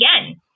again